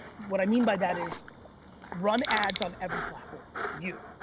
what i mean by that is run ads on every platform, you,